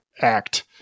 act